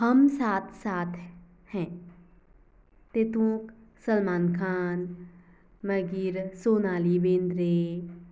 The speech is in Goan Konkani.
हम साथ साथ है तेतूंक सलमान खान मागीर सोनाली बेंद्रे